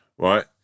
right